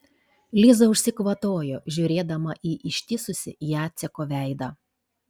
liza užsikvatojo žiūrėdama į ištįsusį jaceko veidą